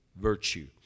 virtue